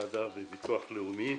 בביטוח הלאומי.